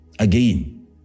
Again